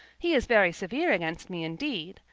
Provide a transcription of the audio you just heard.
he is very severe against me indeed,